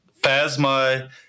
Phasma